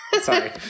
Sorry